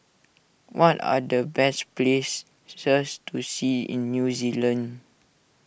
what are the best places to see in New Zealand